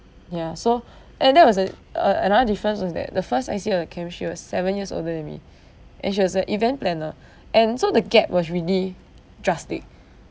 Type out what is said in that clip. ya so and that was a uh another difference was that the first I_C of the camp she was seven years older than me and she was an event planner and so the gap was really drastic